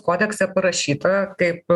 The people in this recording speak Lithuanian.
kodekse parašyta kaip